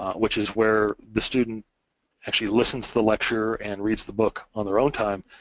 which is where the student actually listens to the lecture and reads the book on their own time.